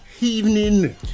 evening